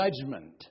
judgment